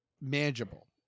manageable